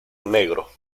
negro